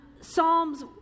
Psalms